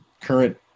current